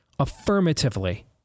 affirmatively